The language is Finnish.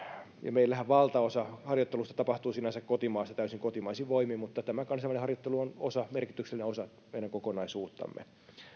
meillähän valtaosa harjoittelusta tapahtuu sinänsä kotimaassa täysin kotimaisin voimin mutta tämä kansainvälinen harjoittelu on osa merkityksellinen osa meidän kokonaisuuttamme